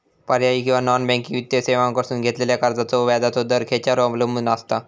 पर्यायी किंवा non banking वित्तीय सेवांकडसून घेतलेल्या कर्जाचो व्याजाचा दर खेच्यार अवलंबून आसता?